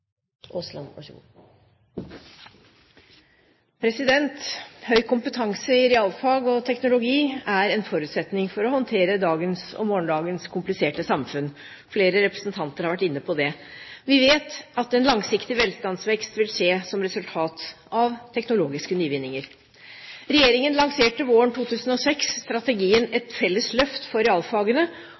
en forutsetning for å håndtere dagens og morgendagens kompliserte samfunn. Flere representanter har vært inne på det. Vi vet at en langsiktig velstandsvekst vil skje som resultat av teknologiske nyvinninger. Regjeringen lanserte våren 2006 strategien Et felles løft for realfagene,